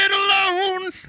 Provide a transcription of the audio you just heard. alone